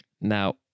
Now